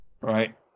right